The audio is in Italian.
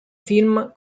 film